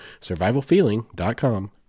SurvivalFeeling.com